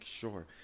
sure